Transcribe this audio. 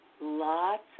lots